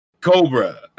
Cobra